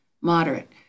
moderate